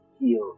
heal